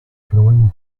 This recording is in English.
growing